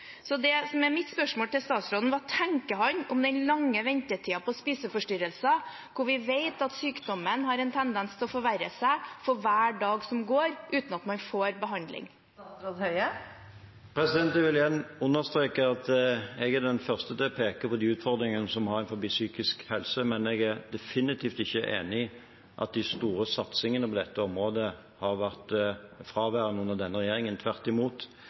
Så det som er mitt spørsmål til statsråden er: Hva tenker han om den lange ventetiden for spiseforstyrrelser, hvor vi vet at sykdommen har en tendens til å forverre seg for hver dag som går uten at man får behandling? Jeg vil igjen understreke at jeg er den første til å peke på de utfordringene som vi har innenfor psykisk helse, men jeg er definitivt ikke enig i at de store satsingene på dette området har vært fraværende under denne regjeringen – tvert imot.